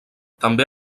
també